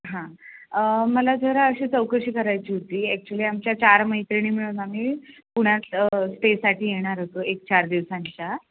हां मला जरा अशी चौकशी करायची होती ॲक्च्युली आमच्या चार मैत्रिणी मिळून आम्ही पुण्यात स्टेसाठी येणार होतो एक चार दिवसांच्या